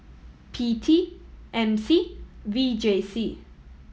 P T M C and V J C